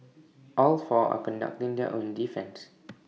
all four are conducting their own defence